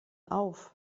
auf